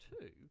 two